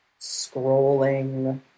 scrolling